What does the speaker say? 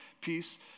peace